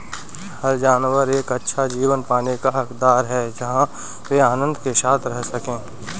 हर जानवर एक अच्छा जीवन पाने का हकदार है जहां वे आनंद के साथ रह सके